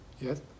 Yes